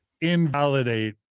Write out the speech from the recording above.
invalidate